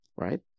right